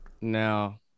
Now